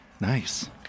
Nice